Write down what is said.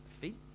feet